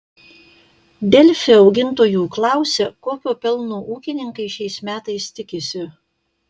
delfi augintojų klausia kokio pelno ūkininkai šiais metais tikisi